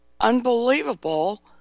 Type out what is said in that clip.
unbelievable